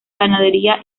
ganadería